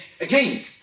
again